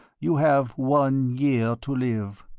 you have one year to live